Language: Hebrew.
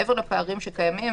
מעבר לפערים שקיימים,